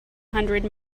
hundred